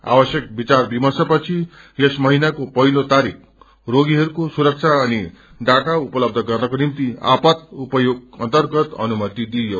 आवश्यक विचार विप्रशपछि यस महिनाको पहिलो तारिख रोगीहरूको सुरक्षा अनि डाटा उपलब्या गर्नको निम्ति आपात उपयोग अर्न्तगत अनुमति दिइयो